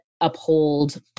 uphold